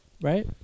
Right